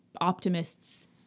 optimists